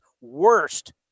worst